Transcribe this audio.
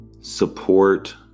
Support